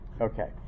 Okay